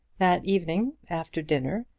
that evening, after dinner,